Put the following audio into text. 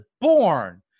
born